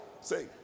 Say